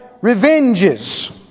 revenges